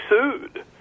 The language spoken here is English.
sued